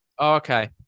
Okay